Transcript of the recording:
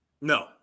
No